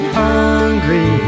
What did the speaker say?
hungry